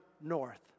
north